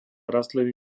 rastliny